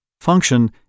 function